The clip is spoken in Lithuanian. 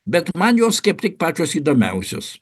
bet man jos kaip tik pačios įdomiausios